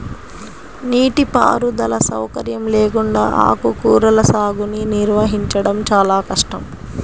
నీటిపారుదల సౌకర్యం లేకుండా ఆకుకూరల సాగుని నిర్వహించడం చాలా కష్టం